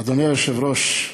אדוני היושב-ראש,